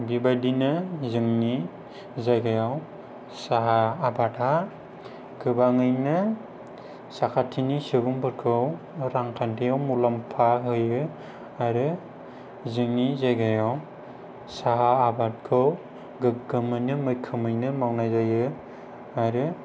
बेबायदिनो जोंनि जायगायाव साहा आबादआ गोबाङैनो साखाथिनि सुबुंफोरखौ रांखान्थियाव मुलाम्फा होयो आरो जोंनि जायगायाव साहा आबादखौ गोग्गोमैनो मैखोमैनो मावनाय जायो आरो